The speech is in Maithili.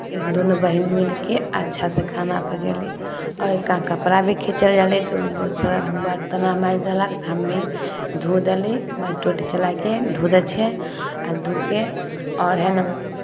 दुनू बहीन मिलि कऽ अच्छासँ खाना पकयली आओर क कपड़ा भी खीँचै रहली तऽ ओ सारा बरतन अर माँजि देलक हमे धो देली माटि उटि चलाए कऽ धो दै छियै आ धो कऽ आओर हइ ने